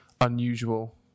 unusual